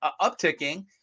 upticking